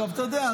אתה יודע,